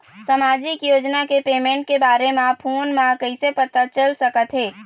सामाजिक योजना के पेमेंट के बारे म फ़ोन म कइसे पता चल सकत हे?